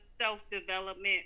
self-development